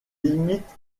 limite